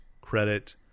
credit